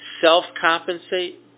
self-compensate